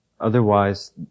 Otherwise